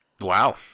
Wow